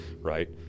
right